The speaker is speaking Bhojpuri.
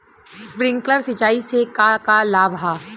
स्प्रिंकलर सिंचाई से का का लाभ ह?